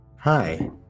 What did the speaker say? Hi